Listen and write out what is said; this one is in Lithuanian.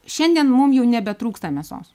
šiandien mum jau nebetrūksta mėsos